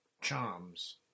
charms